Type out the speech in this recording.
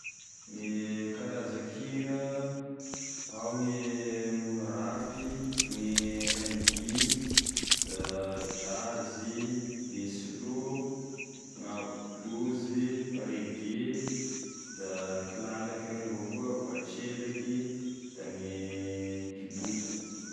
Gne karaza-kjira ao gne rapy, gne rnb, da jazzy, gne slow, gna blozy, reggae, kilalaky reny avao koa, batrelaky, da gne kidodo.